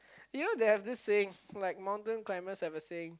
you know they have this saying like mountain climbers have a saying